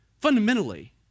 Fundamentally